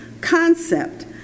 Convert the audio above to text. concept